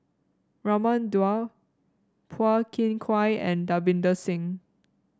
Raman Daud Phua Thin Kiay and Davinder Singh